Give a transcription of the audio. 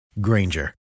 Granger